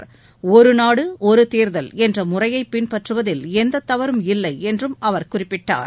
ஒருநாடுஒருதேர்தல் என்றமுறையைபின்பற்றுவதில் எந்தத் தவறும் இல்லைன்றும் அவர் குறிப்பிட்டார்